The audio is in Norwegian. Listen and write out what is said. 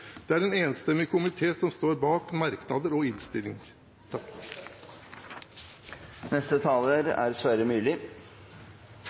Det er en enstemmig komité som står bak merknadene og